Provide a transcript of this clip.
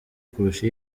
kurusha